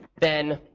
then,